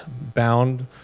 bound